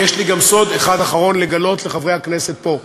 ויש לי גם סוד אחד אחרון לגלות לחברי הכנסת פה: